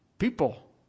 People